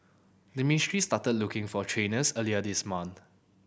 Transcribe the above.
the ministry started looking for trainers earlier this month